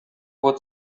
would